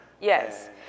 Yes